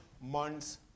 months